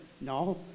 No